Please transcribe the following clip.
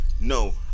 no